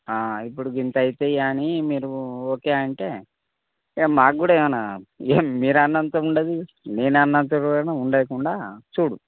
ఇప్పుడు ఇంత అవుతాయని మీరు ఓకే అంటే ఇక మాకు కూడా ఏమన్నా ఇక మీరు అన్నంత ఉండదు నేను అన్నంత కూడా ఉండకుండా చూడు